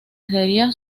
sería